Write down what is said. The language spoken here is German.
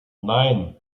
nein